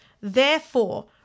Therefore